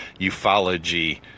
ufology